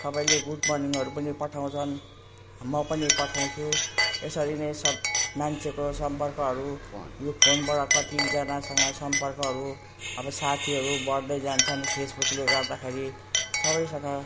सबैले गुड मर्निङहरू पनि पठाउँछन् म पनि पठाउँछु यसरी नै सब मान्छेको सम्पर्कहरू यो फोनबाट कतिजनासँग सम्पर्कहरू अब साथीहरू बढ्दै जान्छन् फेसबुकले गर्दाखेरि सबैसँग